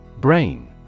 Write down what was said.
Brain